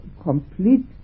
complete